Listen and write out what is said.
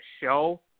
show